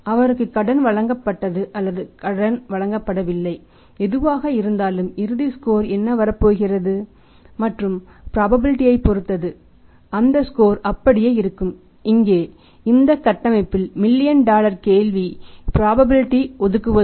அவருக்கு கடன் வழங்கப்பட்டது அல்லது வழங்கப்படவில்லை எதுவாக இருந்தாலும் இறுதி ஸ்கோர் என்ன வரப்போகிறது மற்றும் ப்ராபபிலிடீ ஒதுக்குவது